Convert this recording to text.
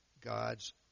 God's